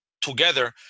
together